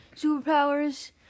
superpowers